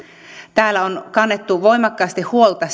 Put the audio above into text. täällä on kannettu voimakkaasti huolta